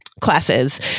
classes